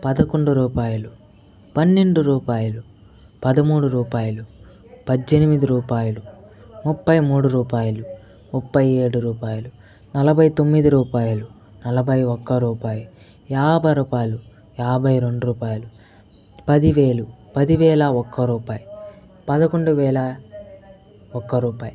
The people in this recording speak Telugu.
పదకొండు రూపాయలు పన్నెండు రూపాయలు పదమూడు రూపాయలు పజ్జెనిమిది రూపాయలు ముప్పై మూడు రూపాయలు ముప్పై ఏడు రూపాయలు నలభై తొమ్మిది రూపాయలు నలభై ఒక్క రూపాయి యాభై రూపాయలు యాభై రెండు రూపాయలు పది వేలు పది వేల ఒక్క రూపాయి పదకొండు వేల ఒక్క రూపాయి